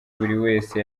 wese